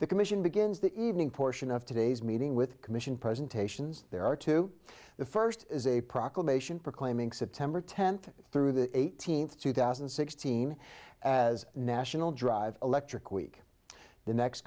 the commission begins the evening portion of today's meeting with commission presentations there are two the first is a proclamation proclaiming september tenth through the eighteenth two thousand and sixteen as national drive electric week the next